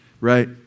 right